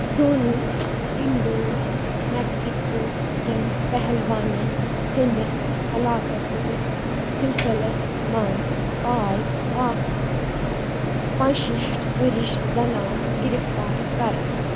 دون انڈور مٮ۪کسِكوكٮ۪ن پہلوانَن ہٕنٛدِس ہلاكتكِس سِلسِلس منٛز آیہِ اكھ پانٛژھ شیٹھ ؤرِش زنانہٕ گرفتار کَرنہٕ